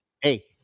hey